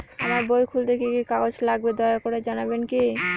আমার বই খুলতে কি কি কাগজ লাগবে দয়া করে জানাবেন কি?